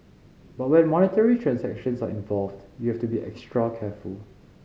but when monetary transactions are involved you have to be extra careful